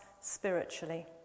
spiritually